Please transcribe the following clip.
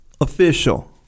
official